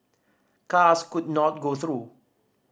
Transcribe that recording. cars could not go through